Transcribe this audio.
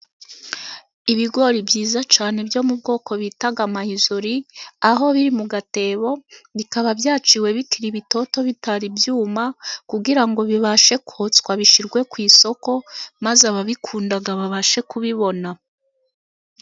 Ibigori byiza cyane byo mu bwoko bita mayizori, aho biri mu gatebo, bikaba byaciwe bikiri bitoto bitari byuma, kugira ngo bibashe kotswa bishyirwe ku isoko, maze ababikunda babashe kubibona.